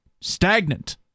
stagnant